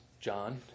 John